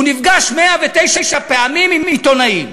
הוא נפגש 109 פעמים עם עיתונאים.